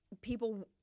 people